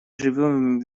живем